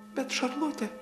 bet šarlote